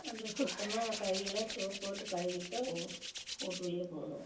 அந்த சுத்தமாக கையில் சோப்பு போட்டு கழுவிட்டு தான் வீட்டுக்குள்ளயே பூதுவோம்